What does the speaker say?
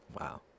Wow